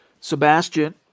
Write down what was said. Sebastian